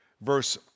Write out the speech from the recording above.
verse